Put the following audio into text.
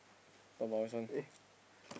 talk about which one